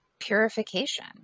Purification